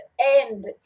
end